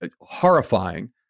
horrifying